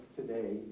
today